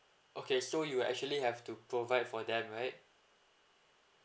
okay so you actually have to provide for them right